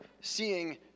seeing